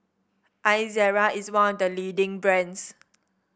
Ezerra is one of the leading brands